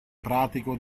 pratico